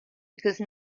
because